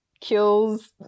kills